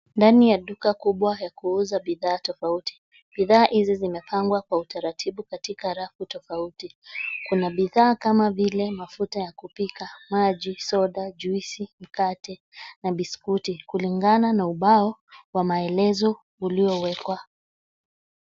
Ndani ya duka kubwa ya kuuza bidhaa tofauti, bidhaa hizi zimepangwa kwa utaratibu katika rafu tofauti, kuna bidhaa kama vile mafuta ya kupika, maji, soda, juisi, mkate na biskuti, kulingana na ubao, wa maelezo, uliowekwa.